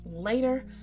later